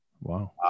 Wow